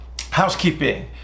housekeeping